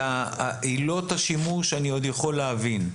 לגבי עילות השימוש, אני עוד יכול להבין,